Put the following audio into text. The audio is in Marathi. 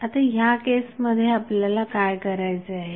आता या केसमध्ये आपल्याला काय करायचे आहे